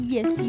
Yes